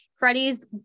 Freddie's